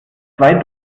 zwei